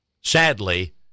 Sadly